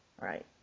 Right